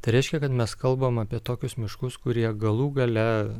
tai reiškia kad mes kalbam apie tokius miškus kurie galų gale